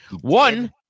One